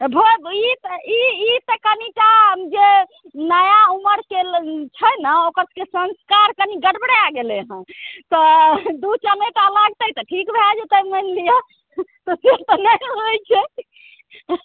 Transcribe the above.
भक ई ई तऽ कनिटा जे नया उमरके छै ने ओकर सभके संस्कार कनी गड़बड़ै गेलै हँ तऽ दू चमेटा लागतै तऽ ठीक भऽ जेतै मानि लिअ तऽ से तऽ नहि होइ छै